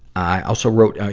i also wrote, ah